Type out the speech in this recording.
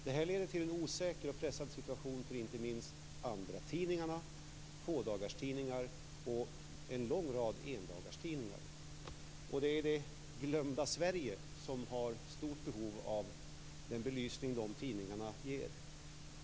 Det här leder till en osäker och pressad situation inte minst för andratidningarna, fådagarstidningarna och en lång rad endagstidningar. Det är det glömda Sverige som har stort behov av den belysning de tidningarna ger.